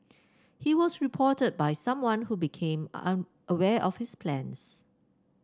he was reported by someone who became aware of his plans